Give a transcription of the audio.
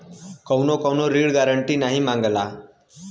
कउनो कउनो ऋण गारन्टी नाही मांगला